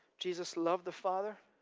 jesus loved the father